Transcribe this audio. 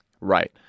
Right